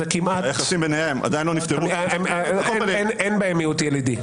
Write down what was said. שהיחסים ביניהם עדיין לא נפתרו --- אין בה מיעוט ילידי.